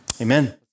Amen